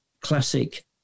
classic